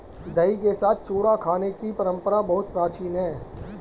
दही के साथ चूड़ा खाने की परंपरा बहुत प्राचीन है